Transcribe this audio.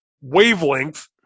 wavelength